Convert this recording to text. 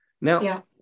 Now